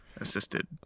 assisted